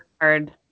hard